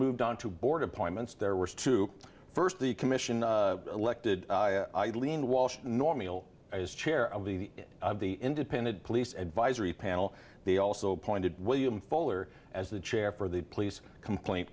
moved on to board appointments there were two first the commission elected lean walsh normal as chair of the independent police advisory panel they also appointed william fuller as the chair for the police complaint